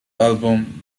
album